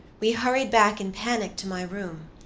we hurried back, in panic, to my room.